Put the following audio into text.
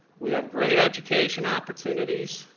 we have great education opportunities.